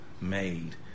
made